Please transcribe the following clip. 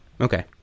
Okay